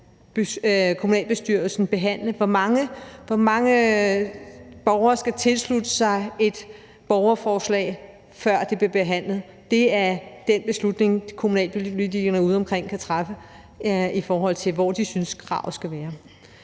behandle borgerforslag. Hvor mange borgere skal tilslutte sig et borgerforslag, før det bliver behandlet? Det er den beslutning, kommunalpolitikerne udeomkring kan træffe, i forhold til hvor de synes kravet skal være.